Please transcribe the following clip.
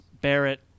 Barrett